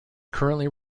currently